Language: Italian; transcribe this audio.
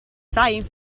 sai